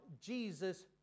Jesus